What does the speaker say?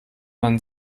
man